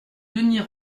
denys